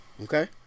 Okay